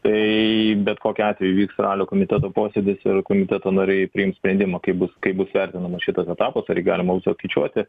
tai bet kokiu atveju įvyks ralio komiteto posėdis ir komiteto nariai priims sprendimą kaip bus kaip bus vertinamas šitas etapas ar jį galima bus jau skaičiuoti